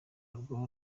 rwo